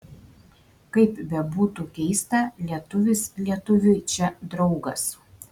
kaip bebūtų keista lietuvis lietuviui čia draugas